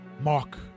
Mark